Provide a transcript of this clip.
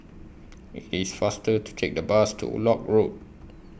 IT IS faster to Take The Bus to Lock Road